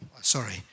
Sorry